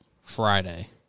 Friday